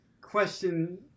question